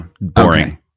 boring